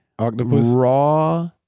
raw